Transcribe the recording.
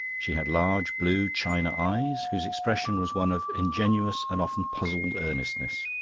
she had large blue china eyes, whose expression was one of ingenuous and often puzzled earnestness.